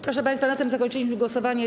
Proszę państwa, na tym zakończyliśmy głosowania.